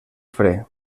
fre